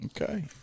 Okay